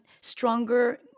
stronger